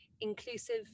inclusive